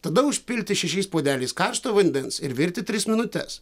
tada užpilti šešiais puodeliais karšto vandens ir virti tris minutes